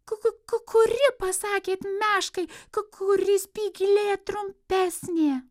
ku ku ku kuri pasakėt meškai ku kuri spyglė trumpesnė